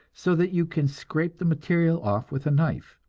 so that you can scrape the material off with a knife.